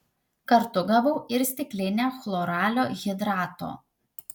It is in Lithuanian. kartu gavau ir stiklinę chloralio hidrato